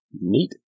Neat